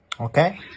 Okay